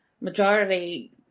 majority